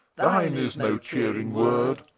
thine is no cheering word.